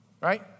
Right